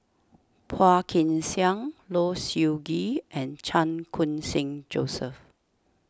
Phua Kin Siang Low Siew Nghee and Chan Khun Sing Joseph